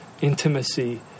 intimacy